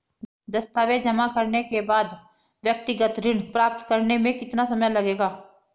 दस्तावेज़ जमा करने के बाद व्यक्तिगत ऋण प्राप्त करने में कितना समय लगेगा?